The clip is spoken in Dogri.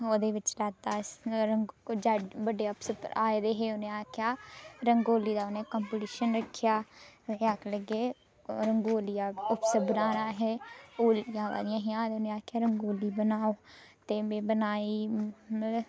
ओहदे बिच लैता बड्डे अफसर आए दे हे उ'नें आखेआ रंगोली दा उ'नें कम्पीटीशन रक्खेआ आखन लगे रंगोली दा उत्सव बनाना असें होलियां अबा दियां हियां उ'नें आखेआ रंगोली बनाओ ते में बनाई मतलब